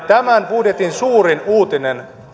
tämän budjetin suurin uutinen